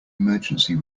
emergency